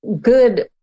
good